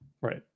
Right